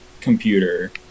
computer